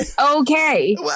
Okay